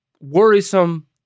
worrisome